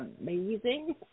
amazing